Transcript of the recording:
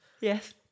Yes